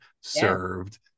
served